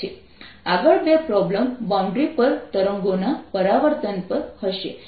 આગળ બે problem boundary પર તરંગોના પરાવર્તન પર હશે